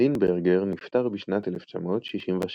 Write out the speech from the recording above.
לינברגר נפטר בשנת 1966,